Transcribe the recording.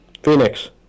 Phoenix